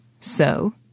So